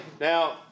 Now